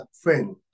friend